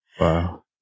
Wow